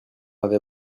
avait